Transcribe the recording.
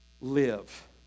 live